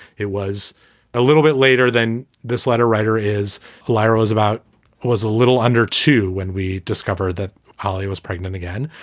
it was a little bit later than this letter writer is volero is about was a little under two when we discovered that holly was pregnant again.